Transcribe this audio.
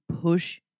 push